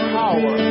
power